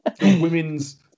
Women's